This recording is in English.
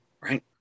right